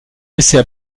laissait